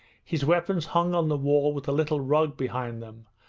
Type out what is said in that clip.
his weapons hung on the wall with a little rug behind them,